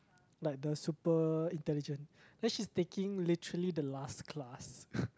like the super intelligent then she's taking literally the last class